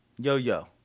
Yo-yo